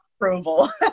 approval